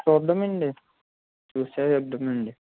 చూద్దామండి చూసే ఇద్దమండి